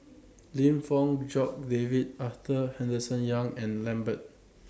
Lim Fong Jock David Arthur Henderson Young and Lambert